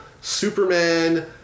Superman